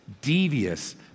devious